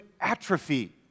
atrophy